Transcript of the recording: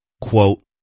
Quote